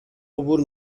عبور